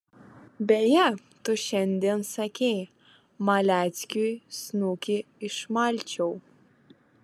beje tu šiandien sakei maleckiui snukį išmalčiau